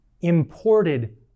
imported